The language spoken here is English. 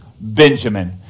Benjamin